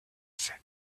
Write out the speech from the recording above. sept